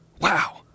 wow